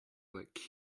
like